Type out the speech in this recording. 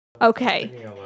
Okay